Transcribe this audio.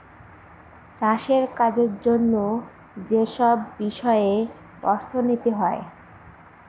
চাষের কাজের জন্য যেসব বিষয়ে অর্থনীতি হয়